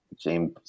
james